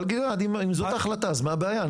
אבל גלעד, אם זו ההחלטה אז מה הבעיה?